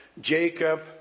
Jacob